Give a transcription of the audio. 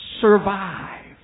survive